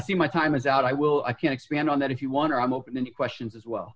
see my time is out i will i can expand on that if you want to i'm open and questions as well